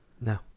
No